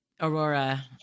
Aurora